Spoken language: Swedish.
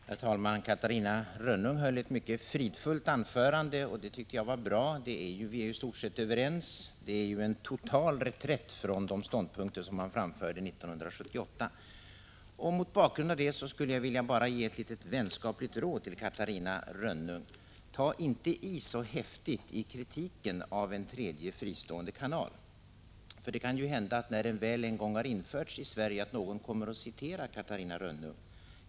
Herr talman! Catarina Rönnung höll ett mycket fridfullt anförande, och det tycker jag var bra. Vi är ju i stort sett överens. Detta är en total reträtt från de ståndpunkter som man framförde 1978. Mot bakgrund av detta skulle jag vilja ge ett litet vänskapligt råd till Catarina Rönnung: Ta inte i så häftigt i kritiken av en tredje, fristående kanal! Det kan ju hända att någon när den väl har införts i Sverige kommer och citerar Catarina Rönnung.